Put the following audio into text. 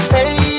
Hey